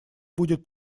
будет